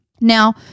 Now